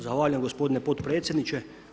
Zahvaljujem gospodine potpredsjedniče.